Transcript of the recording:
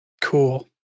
Cool